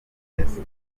meza